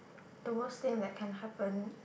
the worst thing that can happen